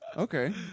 Okay